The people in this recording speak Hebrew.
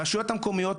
הרשויות המקומיות,